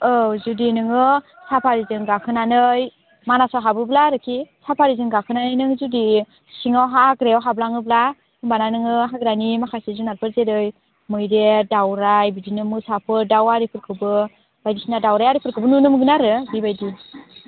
औ जुदि नोङो साफारिजों गाखोनानै मानासाव हाबोब्ला आरोखि साफारिजों गाखोनानै नों जुदि सिङाव हाग्रायाव हाबलाङोब्ला होमब्लाना नोङो हाग्रानि माखासे जुनारफोर जेरै मैदेर दावराइ बिदिनो मोसाफोर दाउ आरिफोरखौबो बायदिसिना दावराइ आरिफोरखौबो नुनो मोनगोन आरो बिबायदि